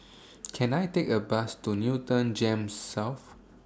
Can I Take A Bus to Newton Gems South